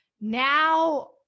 Now